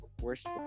Worst